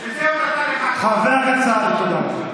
בשביל זה הוא נתן לך, חבר הכנסת סעדי, תודה.